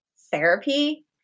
therapy